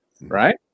Right